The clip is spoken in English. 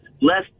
less